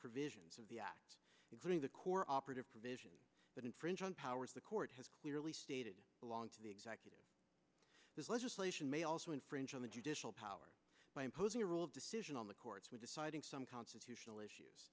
provisions of the act including the core operative provisions but infringe on powers the court has clearly stated along to the executive this legislation may also infringe on the judicial power by imposing a rule of decision on the courts when deciding some constitutional issues